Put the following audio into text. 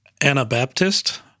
Anabaptist